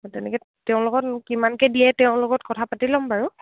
তেনেকে তেওঁ লগত কিমানকে দিয়ে তেওঁৰ লগত কথা পাতি ল'ম বাৰু